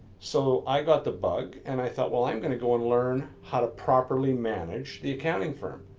so i got the bug, and i thought, well, i'm gonna go and learn how to properly manage the accounting firm,